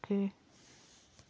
oaky